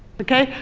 okay.